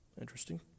interesting